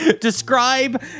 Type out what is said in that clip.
Describe